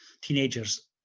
teenagers